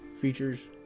features